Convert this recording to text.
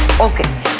Okay